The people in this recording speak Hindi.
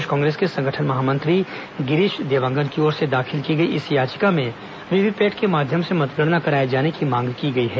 प्रदेश कांग्रेस के संगठन महामंत्री गिरीश देवांगन की ओर से दाखिल की गई इस याचिका में वीवीपैट के माध्यम से मतगणना कराए जाने की मांग की गई है